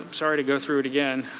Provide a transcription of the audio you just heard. sorry to go through it again.